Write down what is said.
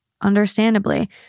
understandably